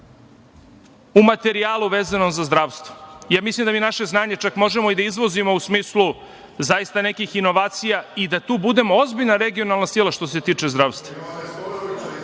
u materijalu vezano za zdravstvo. Mislim da mi naše znanje čak možemo i da izvozimo, u smislu zaista nekih inovacija i da tu budemo ozbiljna regionalna sila, što se tiče zdravstva.(Vojislav